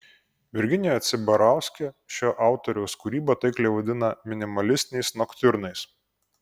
virginija cibarauskė šio autoriaus kūrybą taikliai vadina minimalistiniais noktiurnais